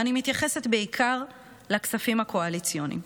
ואני מתייחסת בעיקר לכספים הקואליציוניים.